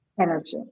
energy